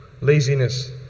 laziness